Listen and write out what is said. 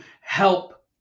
help